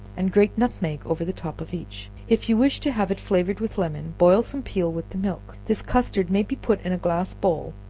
and grate nutmeg over the top of each. if you wish to have it flavored with lemon, boil some peel with the milk. this custard may be put in a glass bowl,